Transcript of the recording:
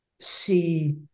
see